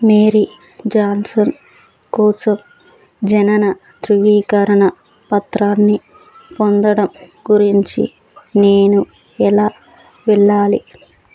Mary Johnson కోసం జనన ధృవీకరణ పత్రాన్ని పొందడం గురించి నేను ఎలా వెళ్ళాలి